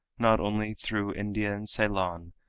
not only through india and ceylon,